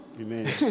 Amen